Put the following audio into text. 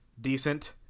decent